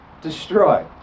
destroy